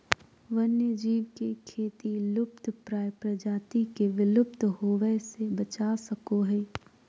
वन्य जीव के खेती लुप्तप्राय प्रजाति के विलुप्त होवय से बचा सको हइ